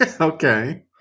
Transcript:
Okay